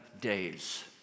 days